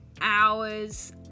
hours